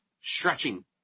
stretching